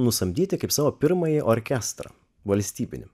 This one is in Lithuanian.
nusamdyti kaip savo pirmąjį orkestrą valstybiniu